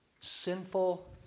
sinful